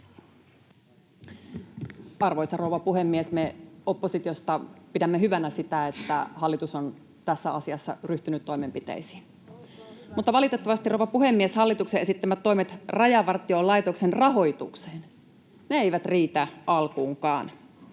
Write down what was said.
Arvoisa rouva puhemies! Me oppositiosta pidämme hyvänä sitä, että hallitus on tässä asiassa ryhtynyt toimenpiteisiin. [Sanna Antikaisen välihuuto] Mutta valitettavasti, rouva puhemies, hallituksen esittämät toimet Rajavartiolaitoksen rahoitukseen eivät riitä alkuunkaan.